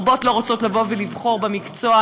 רבות לא רוצות לבוא ולבחור במקצוע.